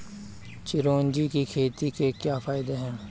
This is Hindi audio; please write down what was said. चिरौंजी की खेती के क्या फायदे हैं?